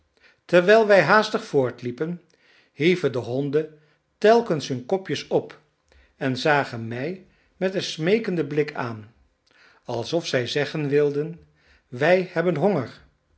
terwijl wij haastig voortliepen hieven de honden telkens hun kopjes op en zagen mij met een smeekenden blik aan alsof zij zeggen wilden wij hebben honger